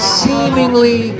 seemingly